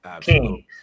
King